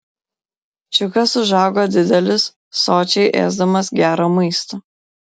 čiukas užaugo didelis sočiai ėsdamas gerą maistą